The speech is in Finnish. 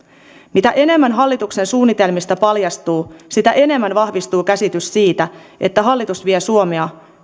mitä enemmän hallituksen suunnitelmista paljastuu sitä enemmän vahvistuu käsitys siitä että hallitus vie suomea